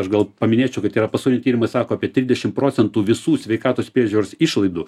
aš gal paminėčiau kad yra pasauliniai tyrimai sako apie trisdešim procentų visų sveikatos priežiūros išlaidų